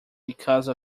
because